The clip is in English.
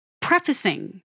prefacing